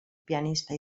pianista